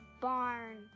barn